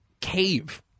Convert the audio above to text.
cave